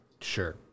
sure